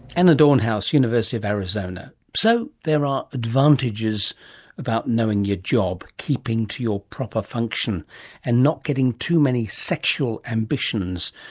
anna dornhaus, university of arizona. so there are advantages about knowing your job, keeping to your proper function and not getting too many sexual ambitions,